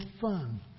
fun